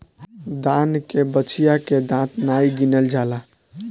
दान के बछिया के दांत नाइ गिनल जाला